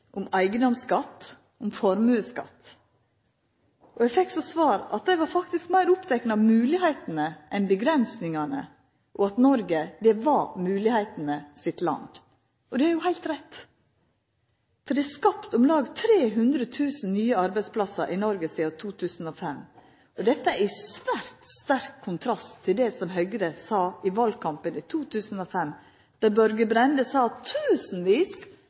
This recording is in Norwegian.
om eigedomsskatt og om formuesskatt, og eg fekk som svar at dei faktisk var meir opptekne av moglegheitene enn av avgrensingane, og at Noreg var moglegheitene sitt land. Det er jo heilt rett! Det er skapt om lag 300 000 nye arbeidsplassar i Noreg sidan 2005 – dette i svært sterk kontrast til det som Høgre sa i valkampen i 2005. Då sa Børge Brende at tusenvis